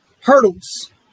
hurdles